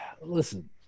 Listen